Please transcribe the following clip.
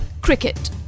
Cricket